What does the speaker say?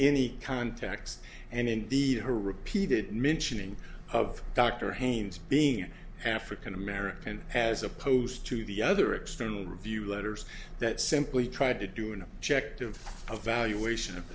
any context and indeed her repeated mentioning of dr hans being african american as opposed to the other external review letters that simply tried to do an objective of evaluation of